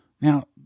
Now